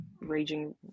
raging